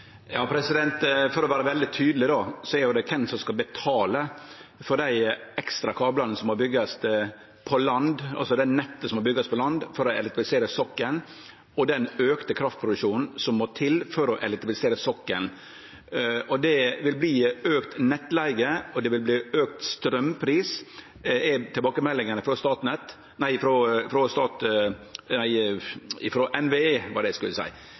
For å vere veldig tydeleg: Det gjeld kven som skal betale for dei ekstra kablane som må byggjast på land, altså det nettet som må byggjast på land for å elektrifisere sokkelen, og den auka kraftproduksjonen som må til for å elektrifisere sokkelen. Det vil verte auka nettleige, og det vil verte auka straumpris – det er tilbakemeldingane frå NVE. Tilbakemeldingane er veldig tydelege på at ein forventar auka prisar, auka nettleige i ein situasjon der prisane no går rett opp, for å seie